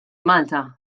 malta